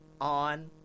On